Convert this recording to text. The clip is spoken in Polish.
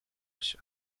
się